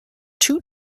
two